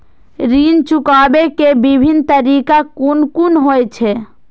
ऋण चुकाबे के विभिन्न तरीका कुन कुन होय छे?